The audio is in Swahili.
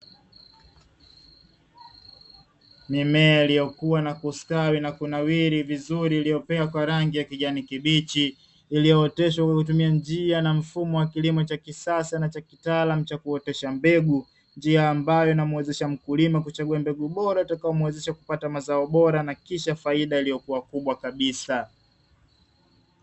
Mimea iliyokuwa na kustawi na kunawiri vizuri uliopewa kwa rangi ya kijani kibichi iliyooteshwa kwa kutumia njia na mfumo wa kilimo cha kisasa na cha kitaalamu cha kuotesha mbegu, njia ambayo namwezesha mkulima kuchagua mbegu bora utakaomwezesha kupata mazao bora na kisha faida iliyokuwa kubwa kabisa.